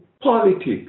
politics